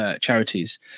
charities